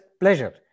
pleasure